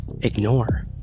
ignore